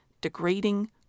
degrading